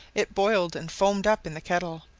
it boiled and foamed up in the kettle,